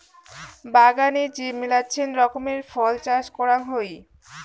বাগানে যে মেলাছেন রকমের ফল চাষ করাং হই